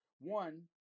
One